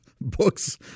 books